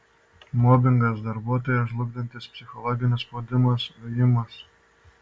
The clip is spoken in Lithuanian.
mobingas darbuotoją žlugdantis psichologinis spaudimas ujimas